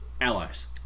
allies